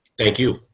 thank you.